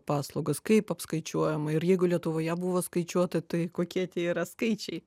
paslaugas kaip apskaičiuojama ir jeigu lietuvoje buvo skaičiuota tai kokie tie yra skaičiai